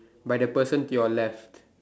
by the person to your left